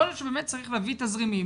יכול להיות שבאמת צריך להביא תזרימים